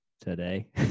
today